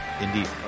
Indeed